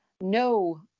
no